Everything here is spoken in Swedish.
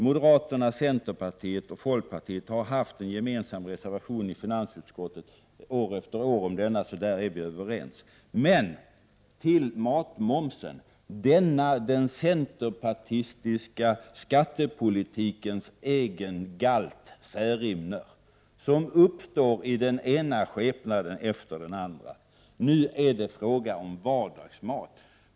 Moderaterna, centerpartiet och folkpartiet har haft en gemensam reservation i finansutskottet år efter år om detta, så där är vi överens. Men till matmomsen, denna den centerpartistiska skattepolitikens egen galt Särimner, som uppstår i den ena skepnaden efter den andra. Nu är det fråga om vardagsmat.